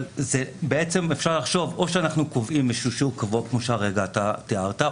אבל אפשר לקבוע שיעור קבוע כמו שהרגע אתה תיארת,